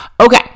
Okay